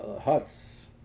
huts